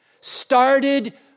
started